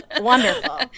wonderful